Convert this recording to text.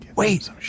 Wait